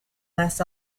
last